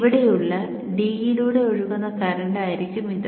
ഇവിടെയുള്ള D യിലൂടെ ഒഴുകുന്ന കറന്റായിരിക്കും ഇത്